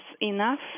enough